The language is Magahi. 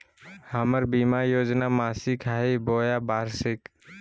हमर बीमा योजना मासिक हई बोया वार्षिक?